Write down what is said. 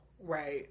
right